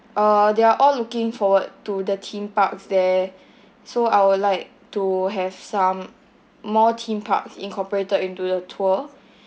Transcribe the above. uh they're all looking forward to the theme parks there so I would like to have some more theme parks incorporated into the tour